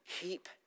Keep